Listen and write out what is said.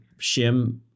shim